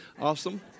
Awesome